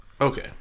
Okay